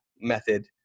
method